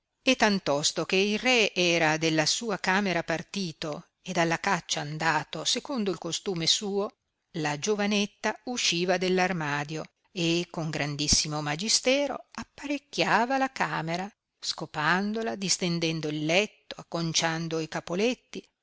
e tantosto che il re era della sua camera partito ed alla caccia andato secondo il costume suo la giovanetta usciva dell'armalo e con grandissimo magistero apparecchiava la camera scopandola distendendo il letto acconciando i